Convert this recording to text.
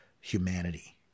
humanity